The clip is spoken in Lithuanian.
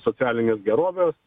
socialinės gerovės